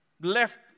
Left